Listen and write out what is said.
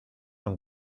con